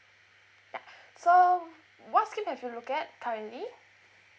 ya so what's scheme have you look at currently